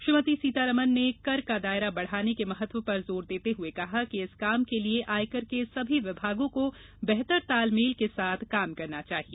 श्रीमती सीतारमन ने कर का दायरा बढ़ाने के महत्व पर जोर देते हुए कहा कि इस काम के लिए आयकर के सभी विभागों को बेहतर तालमेल के साथ काम करना चाहिए